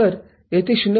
तर येथे 0